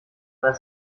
das